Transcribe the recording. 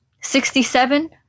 Sixty-seven